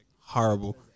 Horrible